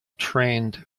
trained